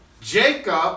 Jacob